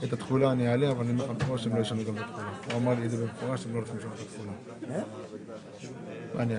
יש לך צו תעריף המס והפטורים ומס קנייה